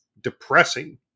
depressing